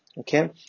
Okay